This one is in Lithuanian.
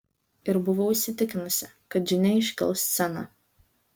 ir buvau įsitikinusi kad džine iškels sceną